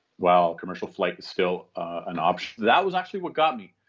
while commercial flight is still an option. that was actually what got me.